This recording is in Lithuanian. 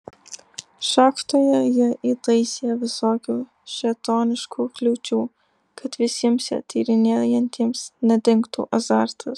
šachtoje jie įtaisė visokių šėtoniškų kliūčių kad visiems ją tyrinėjantiems nedingtų azartas